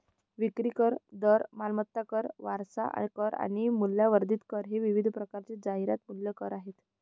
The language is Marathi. विक्री कर, दर, मालमत्ता कर, वारसा कर आणि मूल्यवर्धित कर हे विविध प्रकारचे जाहिरात मूल्य कर आहेत